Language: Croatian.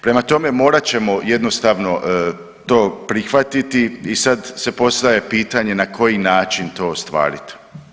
Prema tome, morat ćemo jednostavno to prihvatiti i sad se postavlja pitanje na koji način to ostvariti.